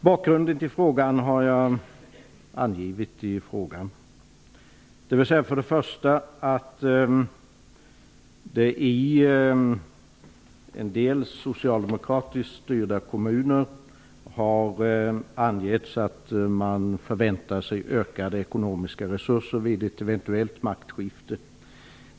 Bakgrunden till frågan har jag angivit när jag ställde frågan. I en del socialdemokratiskt styrda kommuner har angetts att man förväntar sig ökade ekonomiska resurser vid ett eventuellt maktskifte.